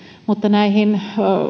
mutta näihin